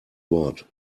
wort